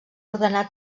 ordenar